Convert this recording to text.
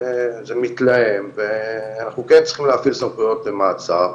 זה מתלהם ואנחנו כן צריכים להפעיל סמכויות מעצר,